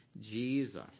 Jesus